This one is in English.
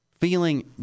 feeling